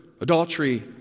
adultery